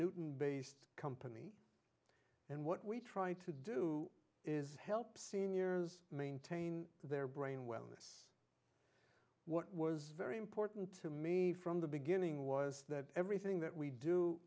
new tin based company and what we try to do is help seniors maintain their brain wellness what was very important to me from the beginning was that everything that we do